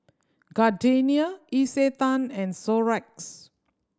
Gardenia Isetan and Xorex